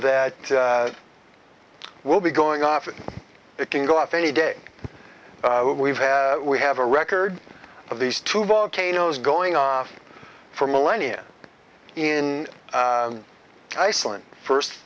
that will be going off and it can go off any day what we've had we have a record of these two volcanoes going off for millennia in iceland first